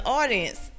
audience